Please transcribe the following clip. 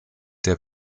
der